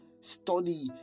Study